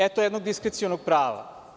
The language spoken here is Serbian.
Eto jednog diskrecionog prava.